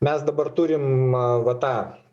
mes dabar turim va tą